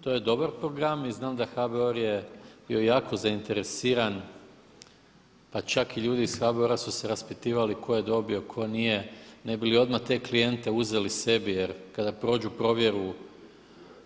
To je dobar program i znam da HBOR je bio jako zainteresiran, pa čak i ljudi iz HBOR-a su se raspitivali tko je dobio, tko nije, ne bi li odmah te klijente uzeli sebi jer kada prođu provjeru